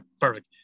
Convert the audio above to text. Perfect